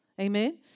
Amen